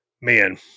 man